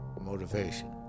motivation